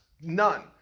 none